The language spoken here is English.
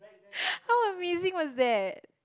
how amazing was that